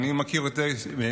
אני מכיר את זה מאצלם.